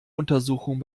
untersuchung